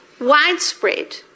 widespread